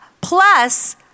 Plus